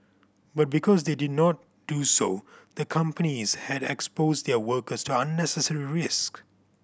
but because they did not do so the companies had exposed their workers to unnecessary risk